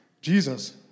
Jesus